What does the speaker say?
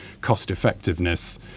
cost-effectiveness